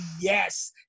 yes